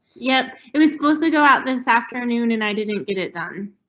yeah, it was supposed to go out this afternoon and i didn't get it done.